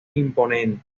imponente